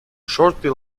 shortly